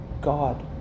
God